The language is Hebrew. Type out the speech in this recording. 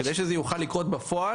כדי שזה יוכל לקרות בפועל,